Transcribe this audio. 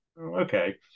Okay